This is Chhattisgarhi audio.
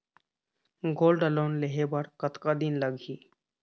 गोल्ड लोन लेहे बर कतका दिन लगही?